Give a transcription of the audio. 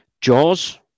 Jaws